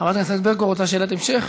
חברת הכנסת ברקו, רוצה שאלת המשך?